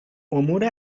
امور